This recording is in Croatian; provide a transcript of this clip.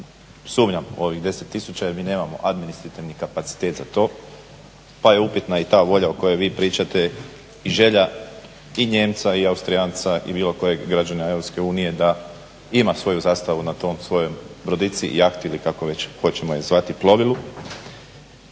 sumnjam u ovih 10 tisuća jer mi nemamo administrativni kapacitet za to pa je upitana i ta volja o kojoj vi pričate i želja i Nijemca i Austrijanca i bilo kojeg građana EU da ima svoju zastavu na tom svom brodici, jahti ili kako već je hoćemo zvati plovilu.